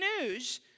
news